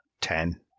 Ten